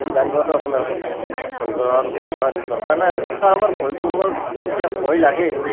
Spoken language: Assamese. গান গোৱাটো আপোনাৰ কথা ভয় কৰাৰ কথা দৰকাৰ নাই আৰু যদি কাৰোবাৰ ভয় কোনোবাৰ কেতিয়াবা ভয় লাগে